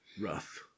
Rough